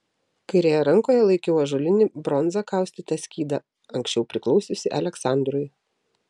kairėje rankoje laikiau ąžuolinį bronza kaustytą skydą anksčiau priklausiusį aleksandrui